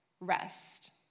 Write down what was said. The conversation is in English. rest